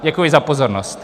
Děkuji za pozornost.